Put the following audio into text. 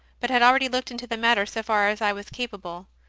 but had already looked into the matter so far as i was ca pable.